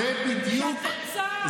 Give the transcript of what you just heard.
אתה צם.